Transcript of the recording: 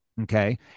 Okay